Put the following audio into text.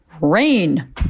Rain